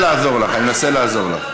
טלי, למה?